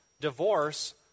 divorce